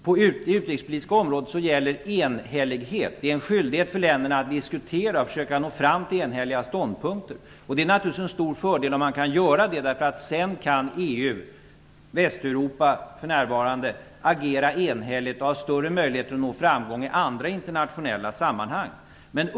På det utrikespolitiska området gäller enhällighet. Länderna är skyldiga att diskutera och att försöka nå fram till enhälliga ståndpunkter. Det är naturligtvis en stor fördel om man kan göra det, därför att sedan kan EU, för närvarande Västeuropa, agera enhälligt. Man kan ha större möjligheter att nå framgång i andra internationella sammanhang.